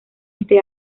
este